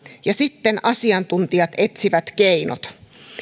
ja sitten asiantuntijat etsivät keinot